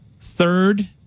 third